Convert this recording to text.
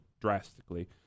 drastically